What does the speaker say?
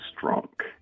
drunk